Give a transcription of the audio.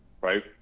right